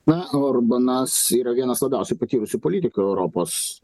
na orbanas yra vienas labiausiai patyrusių politikų europos